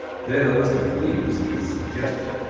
then a list of themes is suggested,